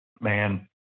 man